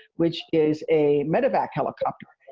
which is a medevac helicopter.